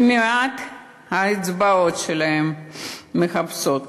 מייד האצבעות שלהם מחפשות.